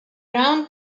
round